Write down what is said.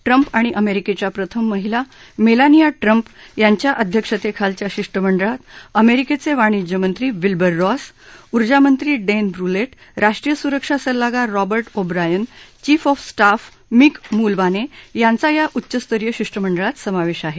Trump आणि अमेरिकेच्या प्रथम महिला मेलानिया ट्रम्प यांच्या अध्यक्षतेखालच्या शिष्टमंडळात अमेरिकेचे वाणिज्य मंत्री विल्बर रॉस ऊर्जा मंत्री डेन ब्रले राष्ट्रीय सुरक्षा सल्लागार Robert O'Brien chief of staff Mick Mulvaney यांचा या उच्च्स्तरीय शिष्टमंडळात समावेश आहे